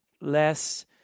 less